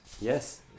yes